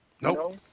No